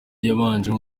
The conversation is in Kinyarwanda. yabayemo